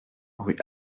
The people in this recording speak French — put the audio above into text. rue